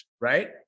Right